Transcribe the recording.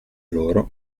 loro